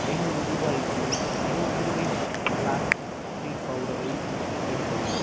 ஐநூறு ரூபாய்க்கு Nutrivish flax seed பவுடரை சேர்க்கவும்